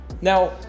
Now